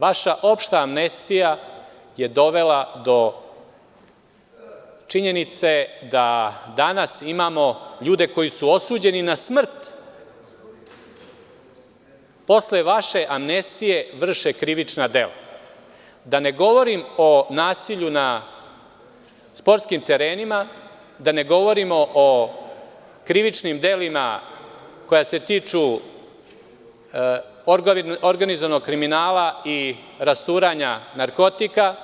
Vaša opšta amnestija je dovela do činjenice da danas imamo ljude koji su osuđeni na smrt, posle vaše amnestije vrše krivična dela, da ne govorim o nasilju na sportskim terenima, da ne govorimo o krivičnim delima koja se tiču organizovanog kriminala i rasturanja narkotika,